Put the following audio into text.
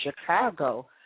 Chicago